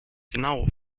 genau